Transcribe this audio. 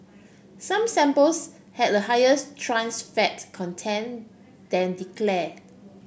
some samples had a highers trans fat content than declared